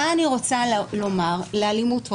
להלימות הון.